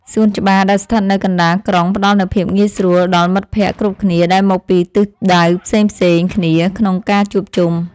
សួនច្បារដែលស្ថិតនៅកណ្តាលក្រុងផ្ដល់នូវភាពងាយស្រួលដល់មិត្តភក្តិគ្រប់គ្នាដែលមកពីទិសដៅផ្សេងៗគ្នាក្នុងការជួបជុំ។